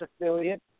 affiliate